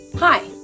Hi